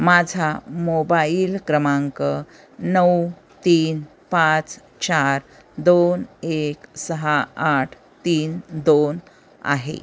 माझा मोबाईल क्रमांक नऊ तीन पाच चार दोन एक सहा आठ तीन दोन आहे